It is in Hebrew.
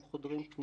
הם חודרים פנימה,